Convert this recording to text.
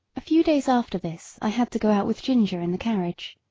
a few days after this i had to go out with ginger in the carriage.